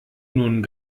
nun